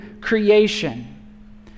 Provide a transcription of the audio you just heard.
creation